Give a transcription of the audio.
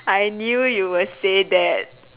I knew you would say that